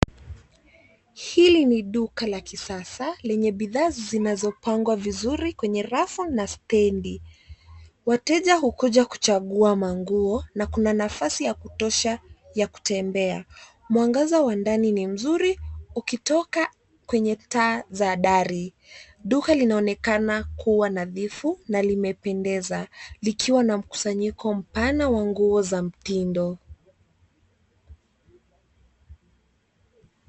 Hili ni duka la kisasa lenye bidhaa zinazopangwa vizuri kwenye rafu na stendi. Wateja hukuja kuchagua manguo, na kuna nafasi ya kutosha ya kutembea. Mwangaza wa ndani ni mzuri, ukitoka kwenye taa za dari. Duka linaonekana kuwa nadhifu, na limependeza, likiwa na mkusanyiko mpana wa nguo za mtindo.